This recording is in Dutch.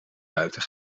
buiten